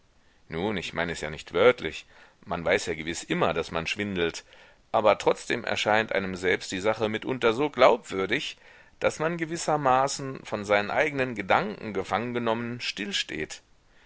nun ich meine es ja nicht wörtlich man weiß ja gewiß immer daß man schwindelt aber trotzdem erscheint einem selbst die sache mitunter so glaubwürdig daß man gewissermaßen von seinen eigenen gedanken gefangen genommen still